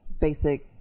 basic